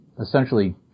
essentially –